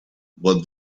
but